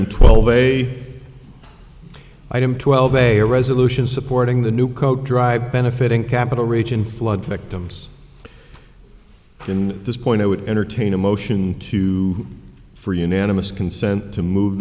item twelve a item twelve a resolution supporting the new coat drive benefiting capital region flood victims in this point i would entertain a motion to for unanimous consent to move